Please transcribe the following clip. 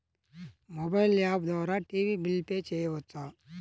Mobile app ద్వారా TV bill pay చేయవచ్చా?